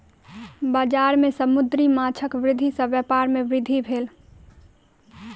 बजार में समुद्री माँछक वृद्धि सॅ व्यापार में वृद्धि भेल